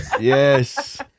Yes